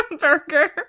Burger